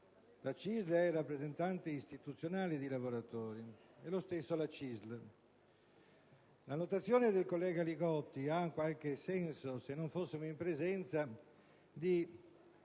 la CISL è rappresentante istituzionale dei lavoratori, e lo stesso la UIL. La notazione del collega Li Gotti avrebbe qualche senso se non fossimo in presenza di